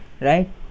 right